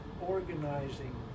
organizing